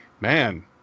man